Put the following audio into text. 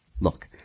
look